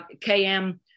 KM